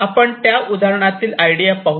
आपण त्या उदाहरणातील आयडिया पाहूया